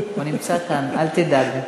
הוא נמצא כאן, אל תדאג.